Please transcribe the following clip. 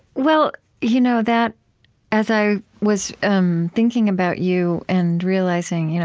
well, you know that as i was um thinking about you and realizing, you know